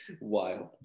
wild